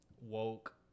woke